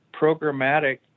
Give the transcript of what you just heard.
programmatic